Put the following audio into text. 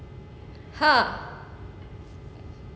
ha